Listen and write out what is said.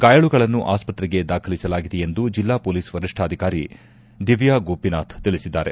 ಗಾಯಾಳುಗಳನ್ನು ಆಸ್ಸತ್ರೆಗೆ ದಾಖಲಿಸಲಾಗಿದೆ ಎಂದು ಜಿಲ್ಲಾ ಪೊಲೀಸ್ ವರಿಷ್ಠಾಧಿಕಾರಿ ದಿವ್ಯಾಗೋಪಿನಾಥ್ ತಿಳಿಸಿದ್ದಾರೆ